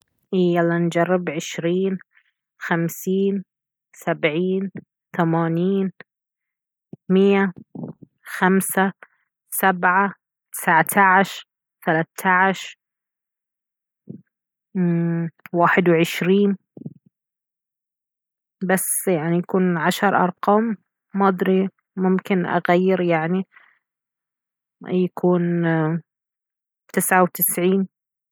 اي يلا نجرب عشرين خمسين سبعين ثمانين مية خمسة سبعة تسعة عشر ثلاثة عشر امم واحد وعشرين بس يعني يكون عشر ارقام مدري ممكن اغير يعني يكون تسة وتسعين